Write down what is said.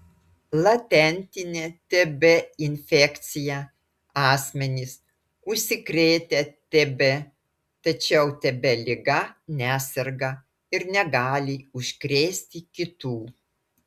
latentinė tb infekcija asmenys užsikrėtę tb tačiau tb liga neserga ir negali užkrėsti kitų